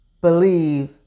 believe